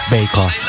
Baker